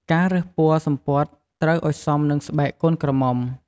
ការរើសពណ៌សំពត់ត្រូវឲ្យសមនឹងស្បែកកូនក្រមុំ។